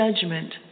judgment